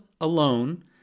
alone